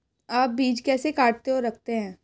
आप बीज कैसे काटते और रखते हैं?